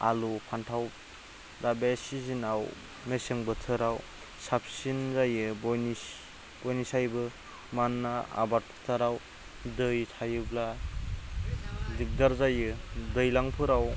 आलु फानथाव दा बे सिजेनाव मेसें बोथोराव साबसिन जायो बयनिसायबो मानोना आबाद फोथाराव दै थायोब्ला दिगदार जायो दैज्लां फोराव